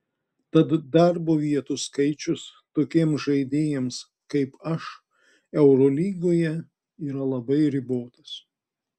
tad darbo vietų skaičius tokiems žaidėjams kaip aš eurolygoje yra labai ribotas